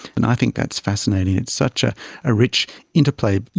and i think that is fascinating. it's such a ah rich interplay.